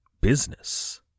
business